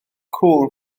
cŵn